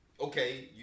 Okay